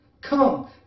Come